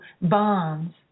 bonds